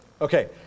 Okay